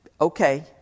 okay